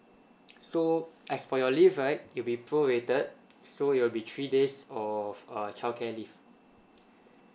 so as for your leave right if is prorated so it will be three days of uh childcare leave